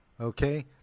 okay